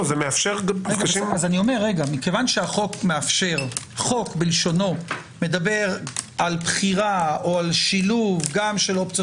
כיוון שהחוק בלשונו מדבר על בחירה או שילוב גם של אפשרויות